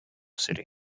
city